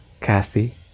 kathy